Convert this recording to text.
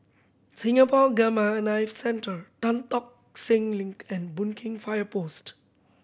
Singapore Gamma Knife Centre Tan Tock Seng Link and Boon Keng Fire Post